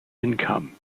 income